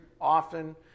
often